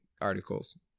articles